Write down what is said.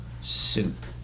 soup